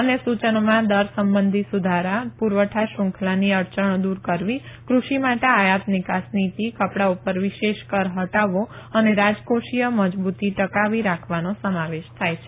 અન્ય સુચનોમાં દર સંબંધી સુધારા પુરવઠા શ્રૃંખલાની અડચણો દુર કરવી ક્રષિ માટે આયાત નિકાસ નીતી કપડા ઉપર વિશેષ કર હટાવવો અને રાજકોષીય મજબુતી ટકાવી રાખવાનો સમાવેશ થાય છે